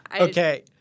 Okay